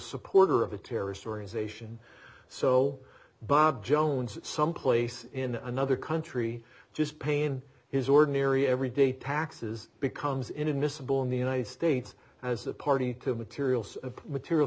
supporter of a terrorist organization so bob jones someplace in another country just paying his ordinary every day taxes becomes inadmissible in the united states as a party to materials of material